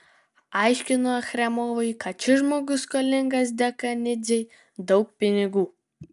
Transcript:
aiškino achremovui kad šis žmogus skolingas dekanidzei daug pinigų